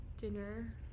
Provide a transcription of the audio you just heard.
dinner